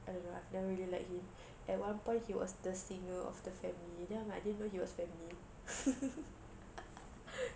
I don't know I've never really liked him at one point he was the singer of the family then I'm like I didn't know he was family